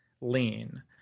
lean